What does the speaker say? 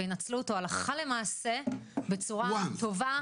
וינצלו אותו הלכה למעשה בצורה טובה,